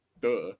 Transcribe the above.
duh